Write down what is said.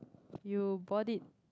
you bought it